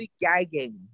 gagging